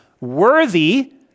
worthy